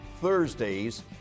Thursdays